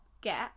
get